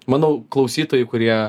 manau klausytojai kurie